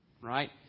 Right